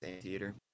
theater